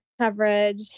coverage